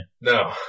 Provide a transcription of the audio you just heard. No